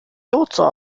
lotse